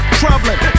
troubling